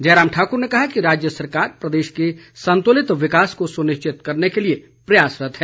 जयराम ठाकुर ने कहा कि राज्य सरकार प्रदेश के संतुलित विकास को सुनिश्चित करने के लिए प्रयासरत है